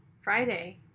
friday